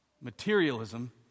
materialism